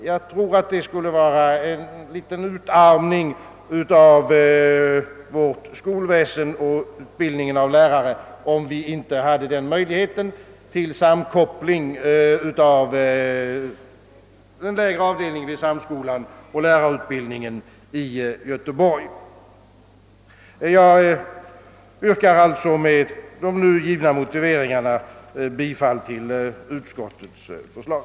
Jag tror, att det skulle innebära en viss utarmning av vårt skolväsen och utbildningen av lärare, om vi inte får ha kvar möjligheten till sammankoppling av den lägre avdelningen vid sam Jag yrkar med de nu anförda motiveringarna bifall till utskottets förslag.